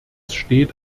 steht